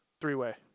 three-way